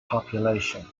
population